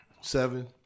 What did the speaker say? seven